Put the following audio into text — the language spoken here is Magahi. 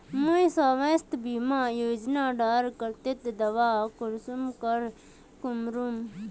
मुई स्वास्थ्य बीमा योजना डार केते दावा कुंसम करे करूम?